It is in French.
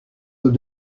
aux